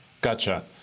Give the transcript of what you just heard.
Gotcha